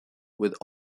with